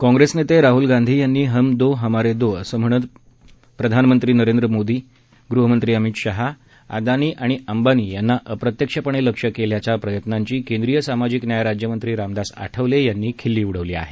कॉंग्रेस नेते राहल गांधी यांनी हम दो हमारे दो असं म्हणत नरेंद्र मोदी अमित शहा अदानी आणि अंबानी यांना अप्रत्यक्षपणे लक्ष्य केल्याच्या प्रयत्नाची केंद्रीय सामाजिक न्याय राज्यमंत्री रामदास आठवले यांनी खिल्ली उडवली आहे